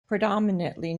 predominately